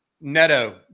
Neto